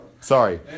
Sorry